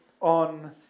on